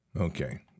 okay